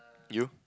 you